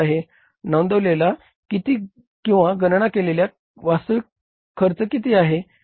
नोंदवलेला किंवा गणना केलेला वास्तविक वास्तविक खर्च किती आहे